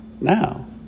Now